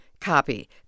copy